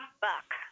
Buck